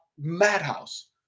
madhouse